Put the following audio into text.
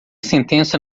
sentença